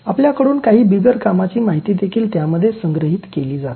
तर आपल्याकडून काही बिगर कामाची माहिती देखील त्यामध्ये संग्रहित केली जाते